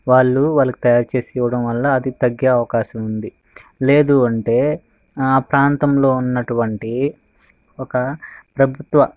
వాళ్ళు వాళ్ళకి తయారుచేసి ఇవ్వడం వల్ల అది తగ్గే అవకాశం ఉంది లేదు అంటే ఆ ప్రాంతంలో ఉన్నటువంటి ఒక ప్రభుత్వ